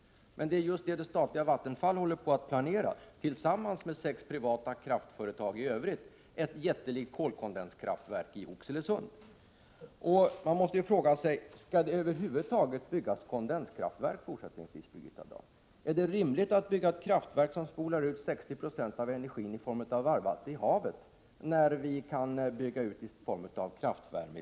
Men det är just detta — ett jättelikt kolkondenskraftverk — som det statliga Vattenfall tillsammans med sex övriga privata kraftföretag håller på att planera i Oxelösund. Man måste ju fråga sig, Birgitta Dahl, om det fortsättningsvis över huvud taget skall byggas kondenskraftverk. Är det rimligt att bygga ett kraftverk som spolar 60 96 av energin omvandlad till varmvatten ut i havet, när vi i stället kan bygga ut i form av kraftvärme?